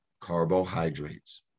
carbohydrates